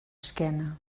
esquena